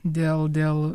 dėl dėl